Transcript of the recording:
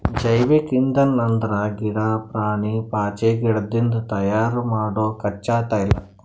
ಜೈವಿಕ್ ಇಂಧನ್ ಅಂದ್ರ ಗಿಡಾ, ಪ್ರಾಣಿ, ಪಾಚಿಗಿಡದಿಂದ್ ತಯಾರ್ ಮಾಡೊ ಕಚ್ಚಾ ತೈಲ